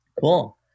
cool